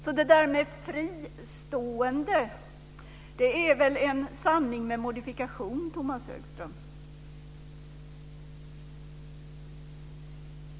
Så att de är fristående är väl en sanning med modifikation, Tomas Högström.